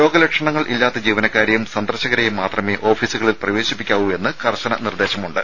രോഗലക്ഷണങ്ങളില്ലാത്ത ജീവനക്കാരെയും സന്ദർശകരെയും മാത്രമേ ഓഫീസുകളിൽ പ്രവേശിപ്പിക്കാവൂ എന്നും കർശന നിർദ്ദേശമുണ്ട്